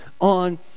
on